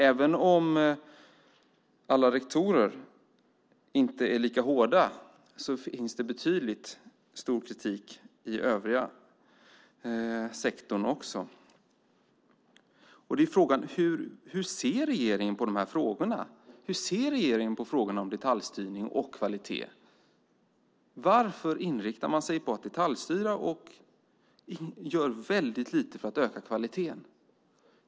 Även om alla rektorer inte är lika hårda, finns det en betydlig kritik också i den övriga sektorn. Frågan är: Hur ser regeringen på frågorna om detaljstyrning och kvalitet? Varför inriktar man sig på att detaljstyra och gör väldigt lite för att öka kvaliteten?